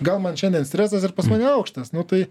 gal man šiandien stresas ir pas mane aukštas nu tai